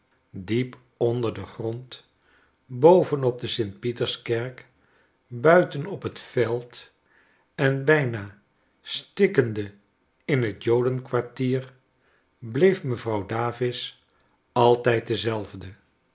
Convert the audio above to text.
diep onder den grond boven op de stpieterskerk buiten op het veld en bijna stikkende in het joden kwartier bleef mevrouw davis altijd dezelfde